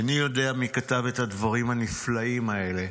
איני יודע מי כתב את הדברים הנפלאים האלה.